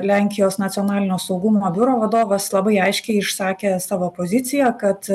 lenkijos nacionalinio saugumo biuro vadovas labai aiškiai išsakė savo poziciją kad